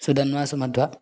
Sudhanva Sumadhva